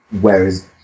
whereas